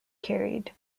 carried